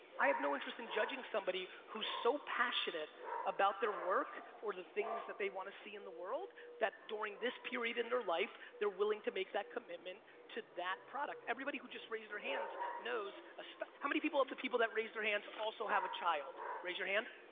i have no interest in judging somebody who's so passionate about their work or the things that they want to see in the world that during this period in their life, they're willing to make that commitment to that product. everybody who just raised their hands knows ah so how many people of the people that raised their hands also have a child? raise your hand.